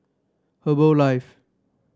herbalife